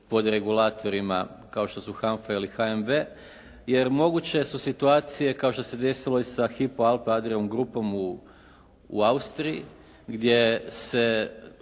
pod regulatorima kao što su HANFA ili HNB, jer moguće su situacije kao što se desilo i sa Hypo Alpe Adria Grupom u Austriji gdje se